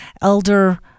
elder